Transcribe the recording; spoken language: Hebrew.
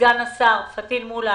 סגן השר פטין מולא